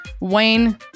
wayne